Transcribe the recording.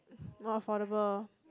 more affordable